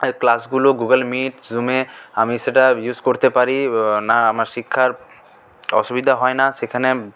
ক্লাসগুলো Google meet জুমে আমি সেটা ইউস করতে পারি না আমার শিক্ষার অসুবিধা হয় না সেখানে